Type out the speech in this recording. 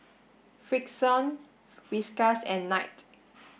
Frixion Whiskas and Knight